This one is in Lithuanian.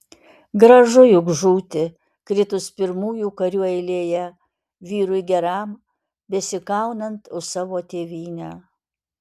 gražu juk žūti kritus pirmųjų karių eilėje vyrui geram besikaunant už savo tėvynę